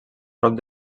prop